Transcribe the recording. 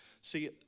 See